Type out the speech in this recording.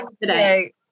today